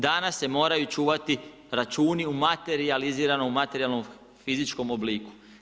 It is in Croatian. Danas se moraju čuvati računi u materijaliziranom, u materijalnom fizičkom obliku.